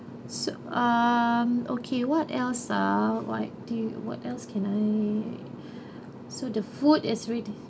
so uh okay what else ah what do you what else can I so the food is ready